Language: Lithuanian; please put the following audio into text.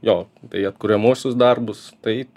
jo tai atkuriamuosius darbus tai